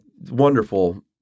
wonderful